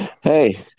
Hey